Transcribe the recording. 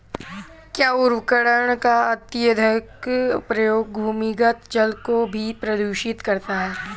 क्या उर्वरकों का अत्यधिक प्रयोग भूमिगत जल को भी प्रदूषित करता है?